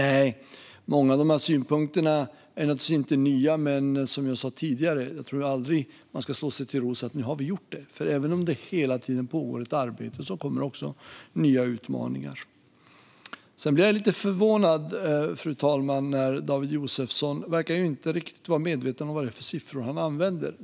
Många av dessa synpunkter är naturligtvis inte nya, men som jag sa tidigare tror jag inte att man ska slå sig till ro och tro att man har gjort allt. Även om det hela tiden pågår ett arbete kommer nya utmaningar. Jag blir lite förvånad, fru talman. David Josefsson verkar inte vara riktigt medveten om vilka siffror han använder.